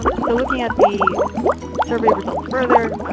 so looking at the survey results further,